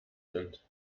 sind